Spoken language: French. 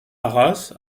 arras